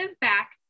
back